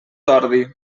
ordi